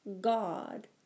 God